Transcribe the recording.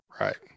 Right